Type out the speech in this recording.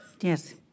Yes